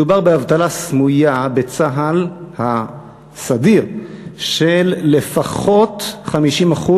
מדובר באבטלה סמויה בצה"ל הסדיר של לפחות 50%,